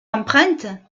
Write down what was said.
empreintes